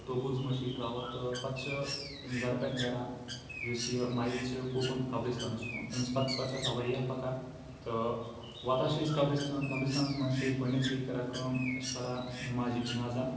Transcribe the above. توبوٗدَس منٛز چھِ یہِ ترٛاوان تہٕ پَتہٕ چھِ امہِ گَرٕ پٮ۪ٹھ نیران یُس یہِ مَیَت چھِ کوکُن قبرِستانَس کُن أمِس پَتہٕ پَتہٕ چھِ آسان واریاہ پَکان تہٕ واتان چھِ أسۍ قبرِستان قبرِستانَس منٛز چھِ أسۍ گۄڈنٮ۪تھٕے کَران کٲم أسۍ چھِ پَران نٮ۪مازِ جِنازہ